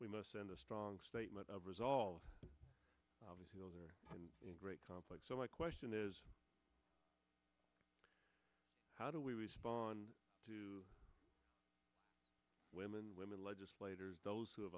we must send a strong statement of resolve obviously those are great conflicts so my question is how do we respond to women women legislators those who have